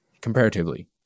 comparatively